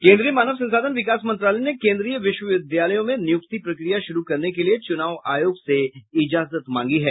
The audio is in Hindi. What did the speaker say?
केन्द्रीय मानव संसाधन विकास मंत्रालय ने केन्द्रीय विश्वविद्यालयों में निय्रक्ति प्रक्रिया शुरू करने के लिए चूनाव आयोग से इजाजत मांगी है